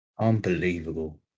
unbelievable